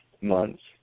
months